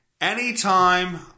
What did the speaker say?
anytime